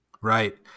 Right